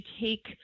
take